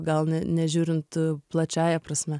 gal ne nežiūrint plačiąja prasme